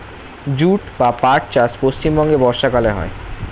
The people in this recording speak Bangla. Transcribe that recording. জুট বা পাট চাষ পশ্চিমবঙ্গে বর্ষাকালে হয়